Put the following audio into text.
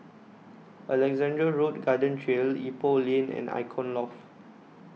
Alexandra Road Garden Trail Ipoh Lane and Icon Loft